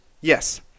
Yes